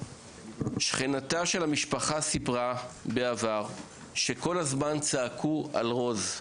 שכנתה של המשפחה סיפרה בעבר שכל הזמן צעקו על רוז.